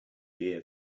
beer